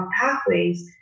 pathways